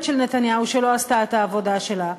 של נתניהו שלא עשתה את העבודה שלה.